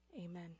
Amen